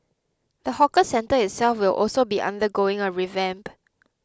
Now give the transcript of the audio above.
the hawker centre itself will also be undergoing a revamp